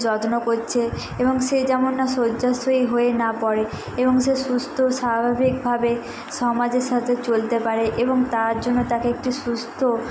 যত্ন করছে এবং সে যেমন না শয্যাশয়ী হয়ে না পড়ে এবং সে সুস্থ স্বাভাবিকভাবে সমাজের সাথে চলতে পারে এবং তার জন্য তাকে একটি সুস্থ